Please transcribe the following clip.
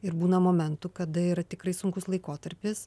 ir būna momentų kada yra tikrai sunkus laikotarpis